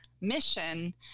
mission